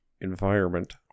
environment